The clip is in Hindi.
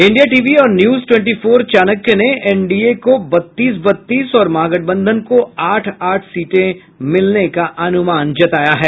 इंडिया टीवी और न्यूज टवेंटी फोर चाणक्य ने एनडीए को बत्तीस बत्तीस और महागठबंधन को आठ आठ सीटें मिलने का अनूमान जताया है